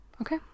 Okay